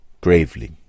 Gravely